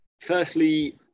Firstly